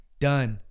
Done